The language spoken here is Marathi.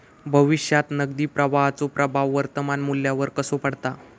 भविष्यात नगदी प्रवाहाचो प्रभाव वर्तमान मुल्यावर कसो पडता?